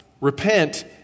Repent